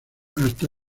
hasta